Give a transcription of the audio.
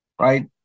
right